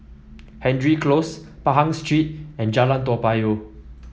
Hendry Close Pahang Street and Jalan Toa Payoh